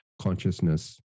consciousness